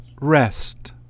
rest